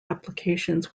applications